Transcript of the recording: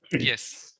Yes